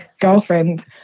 girlfriend